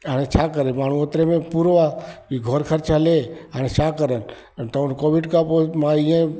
हाणे छा करे माण्हू एतिरे में पूरो आहे की घरु ख़र्चु हले हाणे छा करनि हाणे त कोविड खां पोइ मां इअं